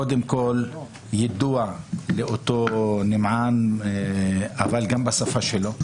קודם כל יידוע לאותו נמען, אבל גם בשפה שלו,